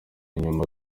inyuma